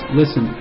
listen